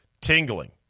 tingling